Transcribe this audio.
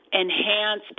Enhance